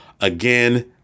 Again